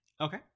Okay